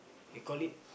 they call it